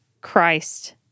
Christ